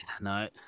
no